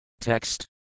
Text